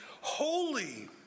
holy